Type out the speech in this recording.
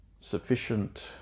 sufficient